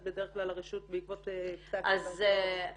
בדרך כלל הרשות בעקבות פסק דין --- אוקיי.